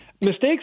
Mistakes